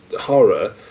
horror